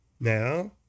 Now